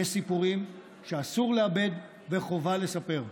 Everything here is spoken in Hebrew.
יש סיפורים שאסור לאבד וחובה לספר,